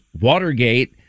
Watergate